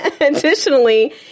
Additionally